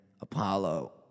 Apollo